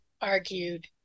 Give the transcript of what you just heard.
argued